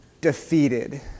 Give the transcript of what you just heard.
defeated